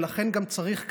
ולכן גם צריך כאן,